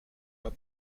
pas